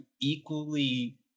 equally